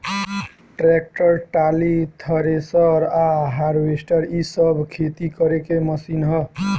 tractor, trolley, thresher आ harvester इ सब खेती करे के मशीन ह